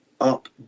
up